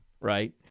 right